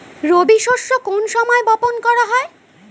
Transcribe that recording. রবি শস্য কোন সময় বপন করা হয়?